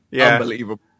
Unbelievable